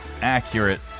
accurate